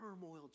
turmoil